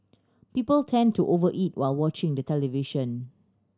people tend to over eat while watching the television